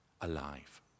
alive